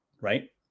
right